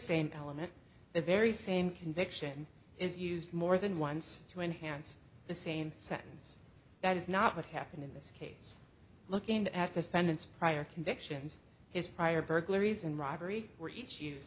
same element the very same conviction is used more than once to enhance the same sentence that is not what happened in this case looking at defendant's prior convictions his prior burglaries and robbery